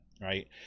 Right